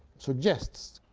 suggests.